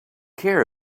care